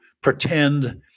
pretend